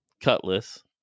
Cutlass